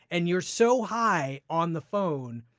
and you're so high on the phone,